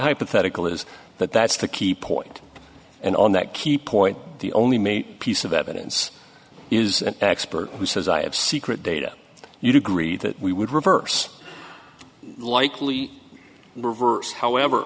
hypothetical is that that's the key point and on that key point the only main piece of evidence is an expert who says i have secret data you'd agree that we would reverse likely reverse however